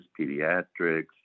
pediatrics